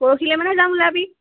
পৰহিলৈ মানে যাম ওলাবি